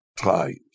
times